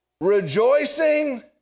rejoicing